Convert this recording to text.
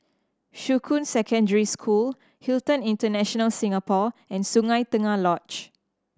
Shuqun Secondary School Hilton International Singapore and Sungei Tengah Lodge